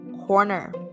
corner